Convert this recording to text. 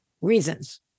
reasons